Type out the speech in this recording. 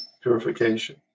purification